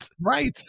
Right